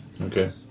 okay